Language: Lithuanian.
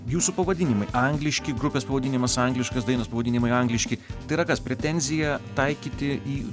jūsų pavadinimai angliški grupės pavadinimas angliškas dainos pavadinimai angliški tai yra kas pretenzija taikyti į